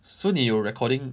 so 你有 recording